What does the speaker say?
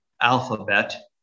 alphabet